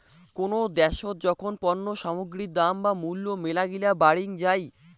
কোনো দ্যাশোত যখন পণ্য সামগ্রীর দাম বা মূল্য মেলাগিলা বাড়িং যাই